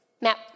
Map